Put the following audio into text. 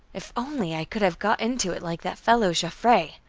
if only i could have got into it like that fellow joffre!